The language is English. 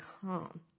calm